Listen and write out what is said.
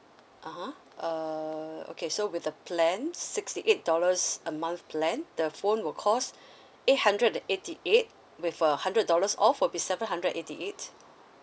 (uh huh) uh okay so with the plan sixty eight dollars a month plan the phone will cost eight hundred and eighty eight with a hundred dollars off will be seven hundred and eighty eight